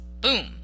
Boom